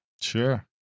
Sure